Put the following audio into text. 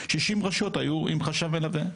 60 רשויות היו עם חשב מלווה.